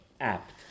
Apt